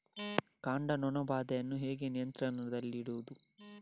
ಕಾಂಡ ನೊಣ ಬಾಧೆಯನ್ನು ಹೇಗೆ ನಿಯಂತ್ರಣದಲ್ಲಿಡುವುದು?